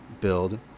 build